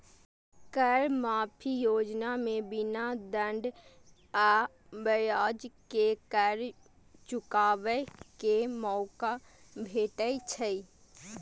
कर माफी योजना मे बिना दंड आ ब्याज के कर चुकाबै के मौका भेटै छै